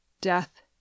death